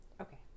okay